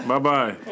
Bye-bye